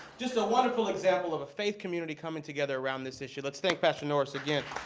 just a wonderful example of a faith community coming together around this issue. let's thank pastor norris again.